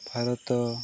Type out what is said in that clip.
Bharat